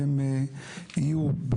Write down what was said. והם יהיו,